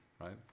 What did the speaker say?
right